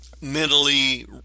mentally